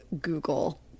Google